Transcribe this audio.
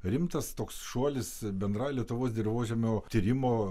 rimtas toks šuolis bendra lietuvos dirvožemių tyrimo